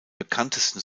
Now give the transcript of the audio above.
bekanntesten